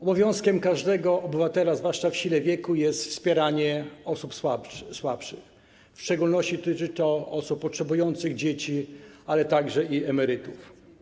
Obowiązkiem każdego obywatela, zwłaszcza w sile wieku, jest wspieranie osób słabszych, w szczególności dotyczy to osób potrzebujących: dzieci, ale także emerytów.